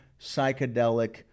psychedelic